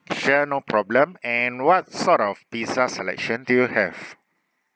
sure no problem and what sort of pizza selection do you have